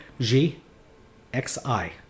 G-X-I